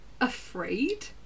afraid